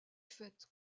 fait